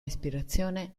ispirazione